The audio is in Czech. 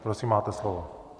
Prosím, máte slovo.